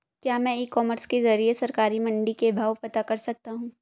क्या मैं e commerce के ज़रिए सरकारी मंडी के भाव पता कर सकता हूँ?